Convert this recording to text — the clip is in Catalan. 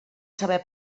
saber